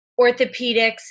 orthopedics